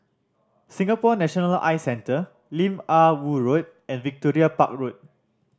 Singapore National Eye Centre Lim Ah Woo Road and Victoria Park Road